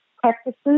practices